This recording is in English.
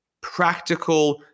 practical